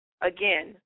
Again